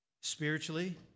spiritually